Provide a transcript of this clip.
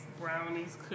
brownies